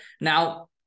Now